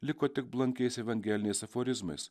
liko tik blankiais evangeliniais aforizmais